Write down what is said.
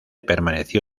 permaneció